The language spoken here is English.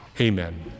Amen